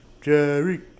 Jerry